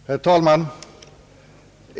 Herr talman!